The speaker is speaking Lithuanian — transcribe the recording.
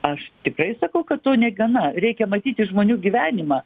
aš tikrai sakau kad to negana reikia matyti žmonių gyvenimą